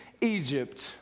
Egypt